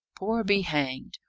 poor be hanged!